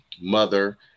mother